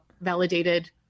validated